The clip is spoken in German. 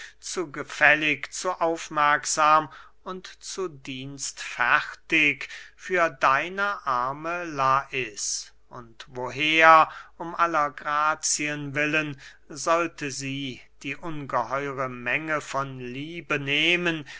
zu gefällig zu aufmerksam und zu dienstfertig für deine arme lais und woher um aller grazien willen sollte sie die ungeheure menge von liebe nehmen